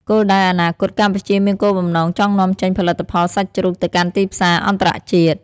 គោលដៅអនាគត កម្ពុជាមានគោលបំណងចង់នាំចេញផលិតផលសាច់ជ្រូកទៅកាន់ទីផ្សារអន្តរជាតិ។